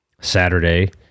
Saturday